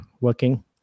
working